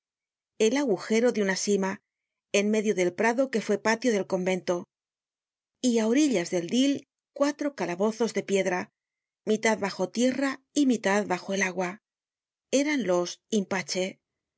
el agujero de una sima en medio del prado que fue patio del convento y á orillas del dyle cuatro calabozos de piedra mitad bajo tierra y mitad bajo el agua eran los